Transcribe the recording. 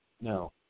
No